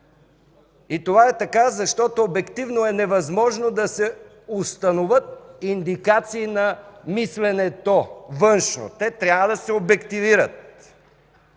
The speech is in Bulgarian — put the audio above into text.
И това е така, защото обективно е невъзможно да се установят индикации на мисленето външно. Те трябва да се обективират